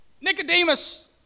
Nicodemus